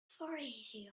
authority